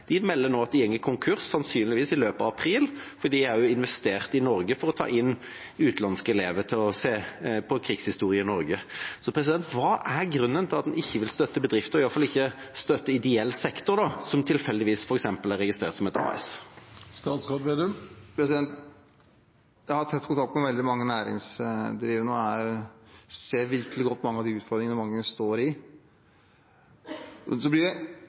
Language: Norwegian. De melder nå at de går konkurs, sannsynligvis i løpet av april, for de har også investert i Norge for å ta inn utenlandske elever som vil se på krigshistorien i Norge. Hva er grunnen til at en ikke vil støtte bedrifter, i alle fall ikke de i ideell sektor som tilfeldigvis er registrert f.eks. som et AS? Jeg har tett kontakt med veldig mange næringsdrivende og ser virkelig godt mange av de utfordringene mange står i. Derfor må vi gjøre mange grep. Derfor blir